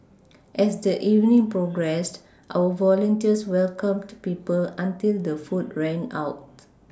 as the evening progressed our volunteers welcomed people until the food ran out